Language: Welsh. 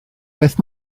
beth